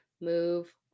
move